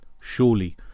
Surely